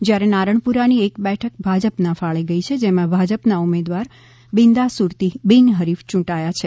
જ્યારે નારણપુરાની એક બેઠક ભાજપાના ફાળે ગઈ છે જેમાં ભાજપના ઉમેદવાર બિન્દા સુરતી બિનહરીફ યૂંટાયા છે